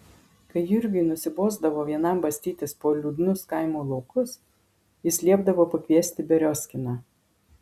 kai jurgiui nusibosdavo vienam bastytis po liūdnus kaimo laukus jis liepdavo pakviesti beriozkiną